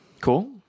Cool